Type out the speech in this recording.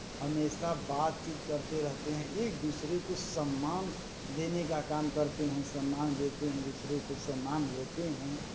हमेशा बातचीत करते रहते हैं एक दूसरे को सम्मान देने का काम करते हैं सम्मान देते हैं एक दूसरे को सम्मान लेते हैं